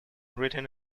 written